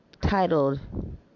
titled